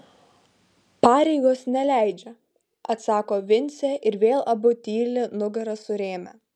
pareigos neleidžia atsako vincė ir vėl abu tyli nugaras surėmę